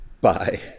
bye